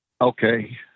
Okay